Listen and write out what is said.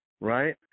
Right